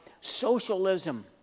socialism